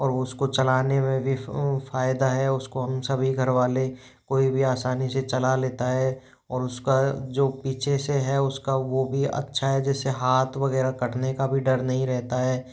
और उसको चलाने में भी फ़ायदा है उसको हम सभी घर वाले कोई भी आसानी से चला लेता है और उसका जो पीछे से है उसका वो भी अच्छा है जैसे हाथ वग़ैरह कटने का भी डर नहीं रहता है